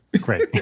Great